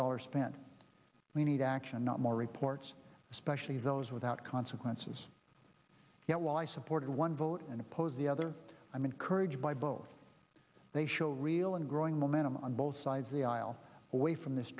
dollars spent we need action not more reports especially those without consequences yet while i supported one vote and oppose the other i'm encouraged by both they show a real and growing momentum on both sides of the aisle away from this